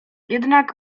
jednak